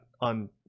on